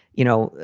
you know,